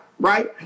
right